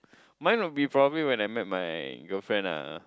mine would be probably when I met my girlfriend ah